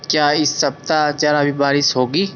क्या इस सप्ताह ज़रा भी बारिश होगी